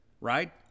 Right